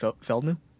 Feldman